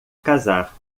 casar